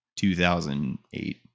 2008